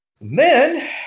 Men